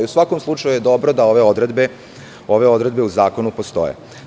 U svakom slučaju je dobro da ove odredbe u zakonu postoje.